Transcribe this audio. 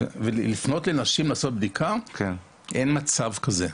לפנות לנשים בשביל לעשות בדיקה, אין מצב כזה.